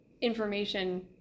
information